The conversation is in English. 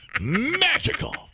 Magical